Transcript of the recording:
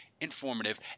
informative